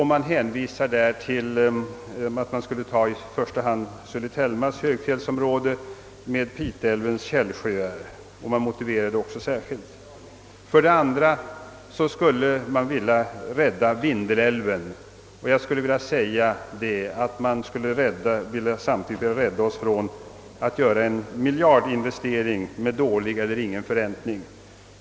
Man hänvisar därvidlag till att i första hand Sulitelmas högfjällsområde med Piteälvens fjällsjöar skall tas i anspråk, vilket man också särskilt motiverar. Det andra önskemålet är att rädda Vindelälven. Jag skulle vilja säga att det samtidigt gäller att rädda oss från en miljardinvestering med dålig eller ingen förräntning.